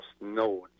nodes